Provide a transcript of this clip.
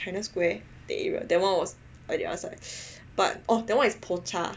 china square that area that one was on the other side but oh that one is Pocha